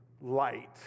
light